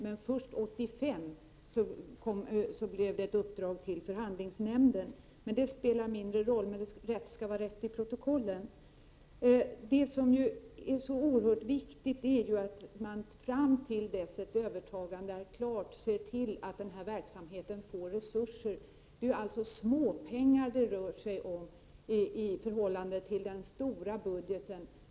Men först 1985 ledde detta till ett uppdrag till förhandlingsnämnden. Det spelar emellertid mindre roll. Men rätt skall vara rätt i protokollen. Det som är så oerhört viktigt är att man fram till dess att ett övertagande är klart ser till att denna verksamhet får resurser. Det handlar ju om småpengar i förhållande till den stora budgeten.